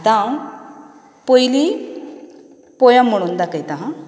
आतां हांव पयलीं पोयम म्हणून दाखयतां हां